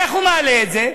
איך הוא מעלה את זה?